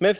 Men